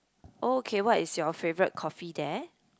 oh okay what is your favourite coffee there